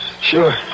sure